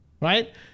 right